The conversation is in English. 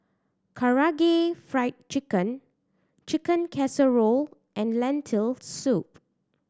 Karaage Fried Chicken Chicken Casserole and Lentil Soup